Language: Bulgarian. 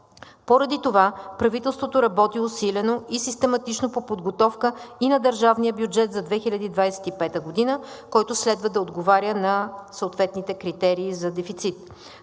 Поради това правителството работи усилено и систематично по подготовка и на държавния бюджет за 2025 г., който следва да отговаря на съответните критерии за дефицит.